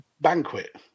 Banquet